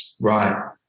right